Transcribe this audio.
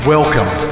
Welcome